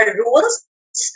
rules